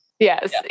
Yes